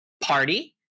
party